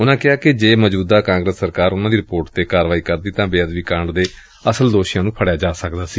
ਉਨੂਾਂ ਕਿਹਾ ਕਿ ਜੇ ਮੌਜੂਦਾ ਕਾਂਗਰਸ ਸਰਕਾਰ ਉਨੂਾਂ ਦੀ ਰਿਪੋਰਟ ਤੇ ਕਾਰਵਾਈ ਕਰਦੀ ਤਾਂ ਬੇਅਦਬੀ ਕਾਂਡ ਦੇ ਅਸਲ ਦੋਸੀਆਂ ਨੂੰ ਫੜਿਆ ਜਾ ਸਕਦਾ ਸੀ